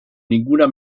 ninguna